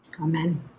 amen